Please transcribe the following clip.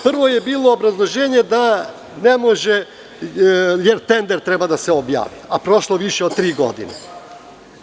Prvo je bilo obrazloženje da ne može jer tender treba da se objavi, a prošlo više od tri godine.